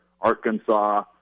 Arkansas